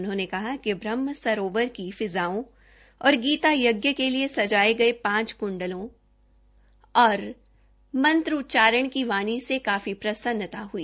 उन्होंने कहा कि ब्रह्मसरोबर की फिज़ाओं और गीत यज़ के लिए सजाये गये पांच कंडो और मंत्रोच्चारण की वाणी से काफी प्रसन्नता हई